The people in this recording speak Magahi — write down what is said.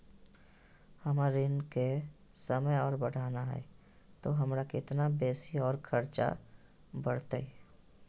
हमर ऋण के समय और बढ़ाना है तो हमरा कितना बेसी और खर्चा बड़तैय?